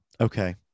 Okay